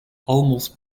almost